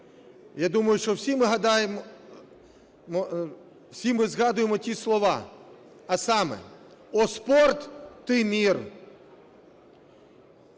я думаю, що всі ми згадуємо ті слова, а саме: "О, спорт, ты – мир!".